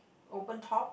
open top